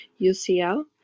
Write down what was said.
UCL